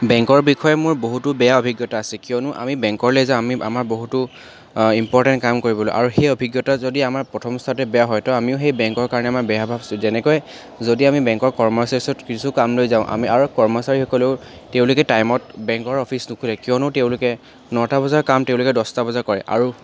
বেংকৰ বিষয়ে মোৰ বহুতো বেয়া অভিজ্ঞতা আছে কিয়নো আমি বেংকলৈ যাওঁ আমি আমাৰ বহুতো ইম্পৰ্টেণ্ট কাম কৰিবলৈ আৰু সেই অভিজ্ঞতা যদি আমাৰ প্ৰথম অৱস্থাতে বেয়া হয় তো আমিও সেই বেংকৰ কাৰণে আমাৰ বেয়া ভাৱ আছে যেনেকৈ যদি আমি বেংকৰ কৰ্মচাৰীৰ ওচৰত কিছু কাম লৈ যাওঁ আমি আৰু কৰ্মচাৰীসকলেও তেওঁলোকে টাইমত বেংকৰ অফিচ নোখোলে কিয়নো তেওঁলোকে নটা বজাৰ কাম তেওঁলোকে দহটা বজাত কৰে আৰু